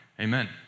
Amen